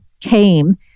came